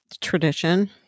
tradition